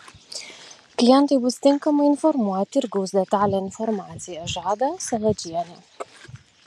klientai bus tinkamai informuoti ir gaus detalią informaciją žada saladžienė